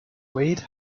wade